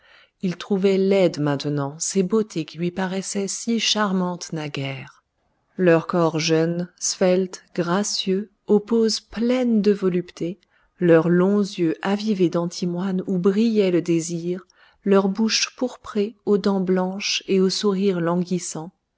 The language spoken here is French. il trouvait laides maintenant ces beautés qui lui paraissaient si charmantes naguère leurs corps jeunes sveltes gracieux aux poses pleines de volupté leurs longs yeux avivés d'antimoine où brillait le désir leurs bouches pourprées aux dents blanches et au sourire languissant